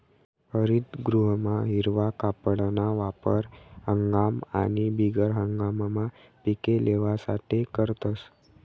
हरितगृहमा हिरवा कापडना वापर हंगाम आणि बिगर हंगाममा पिके लेवासाठे करतस